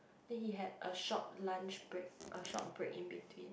then he had a short lunch break a short break in between